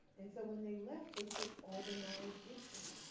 and so when they left, they took all the knowledge with them.